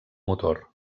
motor